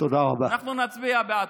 אנחנו נצביע בעד.